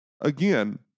Again